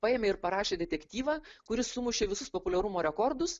paėmė ir parašė detektyvą kuris sumušė visus populiarumo rekordus